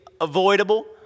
avoidable